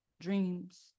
dreams